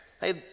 Hey